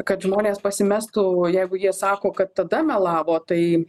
kad žmonės pasimestų jeigu jie sako kad tada melavo tai